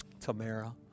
Tamara